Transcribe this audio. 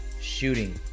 shooting